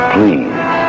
Please